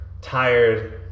tired